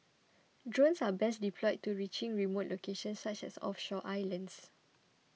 drones are best deployed to reaching remote locations such as offshore islands